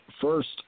first